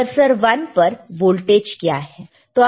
cursor 1 पर voltage क्या है